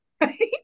right